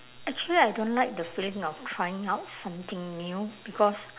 actually I don't like the feeling of trying out something new because